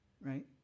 right